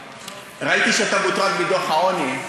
ראיתי שאתה מוטרד מדוח העוני,